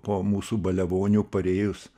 po mūsų baliavonių parėjus